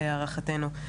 להערכתנו.